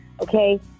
Okay